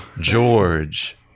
George